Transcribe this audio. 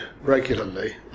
regularly